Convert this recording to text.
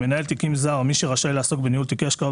"מנהל תיקים זר" מי שרשאי לעסוק בניהול תיקי השקעות